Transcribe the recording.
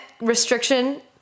restriction